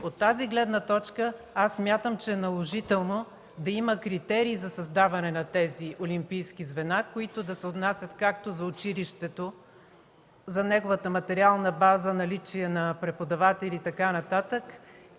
От тази гледна точка смятам, че е наложително да има критерии за създаване на тези олимпийски звена, които да се отнасят както за училището – за неговата материална база, наличие на преподаватели и така нататък,